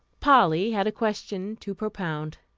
polly had a question to propound.